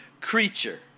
creature